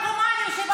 קריאה שנייה.